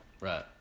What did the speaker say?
Right